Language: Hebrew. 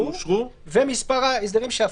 מספר ההסדרים שאושרו,